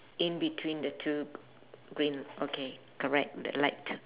in between the two green okay correct the light